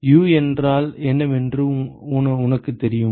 U என்றால் என்னவென்று உனக்குத் தெரியும்